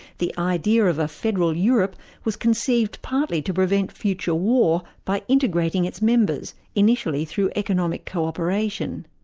the idea of a federal europe was conceived partly to prevent future war by integrating its members, initially through economic co-operation.